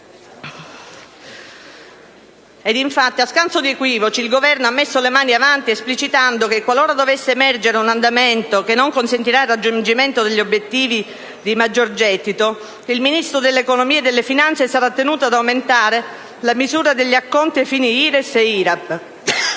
Infatti, a scanso di equivoci, il Governo ha messo le mani avanti esplicitando che, qualora dovesse emergere un andamento che non consentirà il raggiungimento degli obiettivi di maggior gettito, il Ministro dell'economia e delle finanze sarà tenuto ad aumentare la misura degli acconti ai fini IRES e IRAP